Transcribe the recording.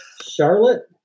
Charlotte